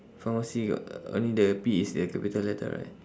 pharmacy got only the P is a capital letter right